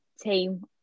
team